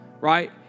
right